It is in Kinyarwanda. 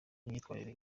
n’imyitwarire